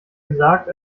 gesagt